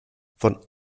von